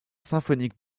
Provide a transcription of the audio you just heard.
symphonique